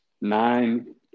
Nine